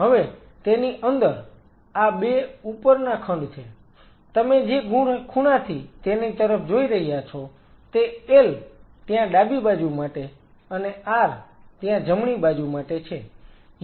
હવે તેની અંદર આ 2 ઉપરના ખંડ છે તમે જે ખૂણાથી તેની તરફ જોઈ રહ્યા છો તે L ત્યાં ડાબી બાજુ માટે અને R ત્યાં જમણી બાજુ માટે છે